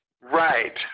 Right